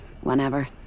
whenever